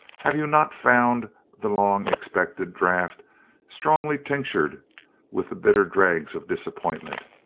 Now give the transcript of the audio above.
have you not found the long-expected draught strongly tinctured with the bitter dregs of disappointment?